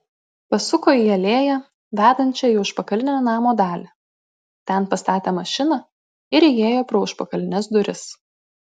pasuko į alėją vedančią į užpakalinę namo dalį ten pastatė mašiną ir įėjo pro užpakalines duris